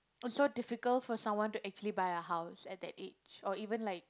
it's so difficult for someone to actually buy a house at that age or even like